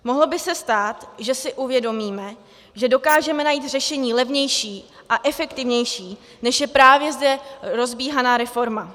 Mohlo by se stát, že si uvědomíme, že dokážeme najít řešení levnější a efektivnější, než je právě zde rozbíhaná reforma.